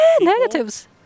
negatives